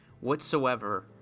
whatsoever